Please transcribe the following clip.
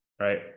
right